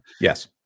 Yes